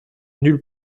nulle